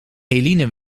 eline